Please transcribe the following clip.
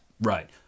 Right